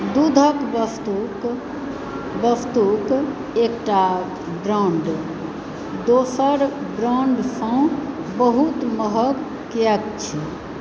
दूधक वस्तुक एकटा ब्राण्ड दोसर ब्राण्ड सँ बहुत महग किएक छै